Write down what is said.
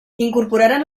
incorporaran